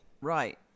right